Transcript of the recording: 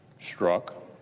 struck